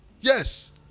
Yes